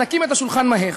מנקים את השולחן מהר.